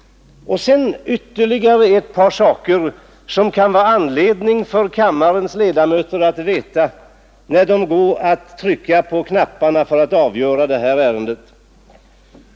Jag vill anföra ytterligare ett par saker, som det kan vara värdefullt för kammarens ledamöter att veta, när de går att trycka på knapparna för att avgöra detta ärende.